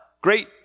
great